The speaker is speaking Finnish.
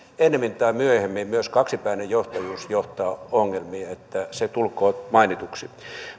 ennemmin tai myöhemmin myös kaksipäinen johtajuus johtaa ongelmiin se tulkoon mainituksi